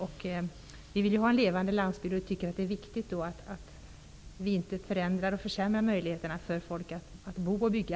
Vi vill ju ha en levande landsbygd, och det är viktigt att vi inte förändrar och försämrar möjligheterna för människor att bo och bygga.